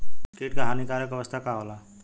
कीट क हानिकारक अवस्था का होला?